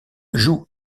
joue